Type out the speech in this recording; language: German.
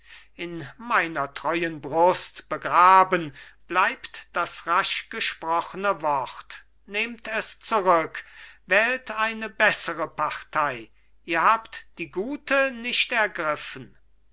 in meiner treuen brust begraben bleibt das raschgesprochne wort nehmt es zurück wählt eine bessere partei ihr habt die gute nicht ergriffen